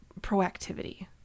proactivity